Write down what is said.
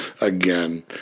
again